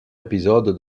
épisode